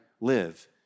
live